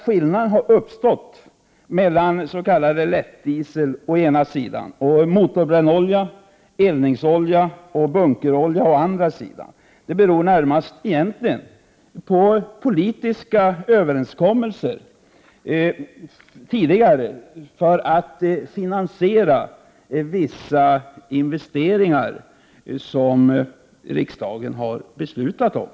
Skillnaden mellan s.k. lättdiesel å ena sidan och motorbrännolja, eldningsolja och bunkerolja å andra sidan beror egentligen närmast på tidigare politiska överenskommelser för att finansiera vissa investeringar, som riksdagen fattat beslut om.